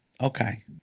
Okay